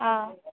অঁ